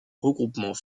regroupement